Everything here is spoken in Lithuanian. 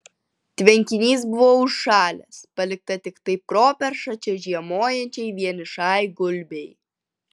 tvenkinys buvo užšalęs palikta tiktai properša čia žiemojančiai vienišai gulbei